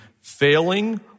failing